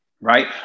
Right